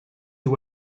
you